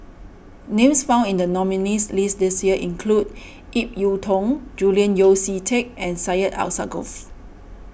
names found in the nominees' list this year include Ip Yiu Tung Julian Yeo See Teck and Syed Alsagoff